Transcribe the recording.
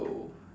oh